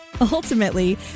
Ultimately